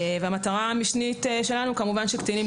המטרה המשנית שלנו היא שקטינים,